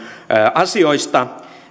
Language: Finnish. asioista